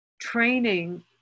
training